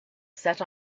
set